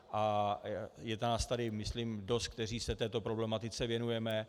A je nás tady, myslím, dost, kteří se této problematice věnujeme.